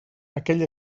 aquell